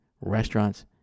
restaurants